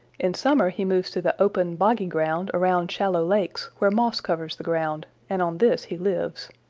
in summer he moves to the open, boggy ground around shallow lakes where moss covers the ground, and on this he lives.